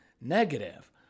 negative